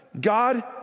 God